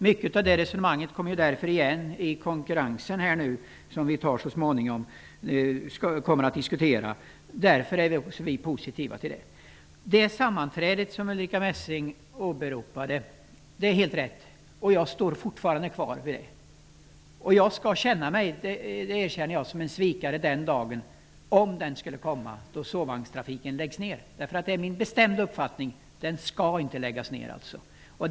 Mycket av resonemanget kommer igen när vi så småningom skall diskutera frågan om konkurrensen, något som vi är positiva till. Ulrica Messings beskrivning av det sammanträde som hon hänvisade till var helt riktig. Jag står fortfarande kvar vid min uppfattning. Jag erkänner att jag skulle känna mig som en svikare om det skulle komma en dag när sovvagnstrafiken läggs ned. Det är min bestämda uppfattning att den inte skall läggas ned.